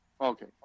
Okay